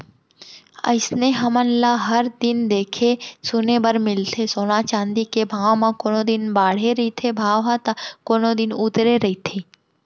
अइसने हमन ल हर दिन देखे सुने बर मिलथे सोना चाँदी के भाव म कोनो दिन बाड़हे रहिथे भाव ह ता कोनो दिन उतरे रहिथे